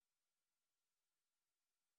בוקר טוב